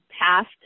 passed